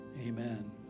amen